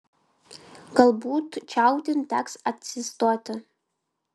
galbūt čiaudint teks atsistoti